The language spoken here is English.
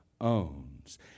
owns